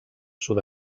sud